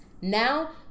now